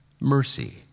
mercy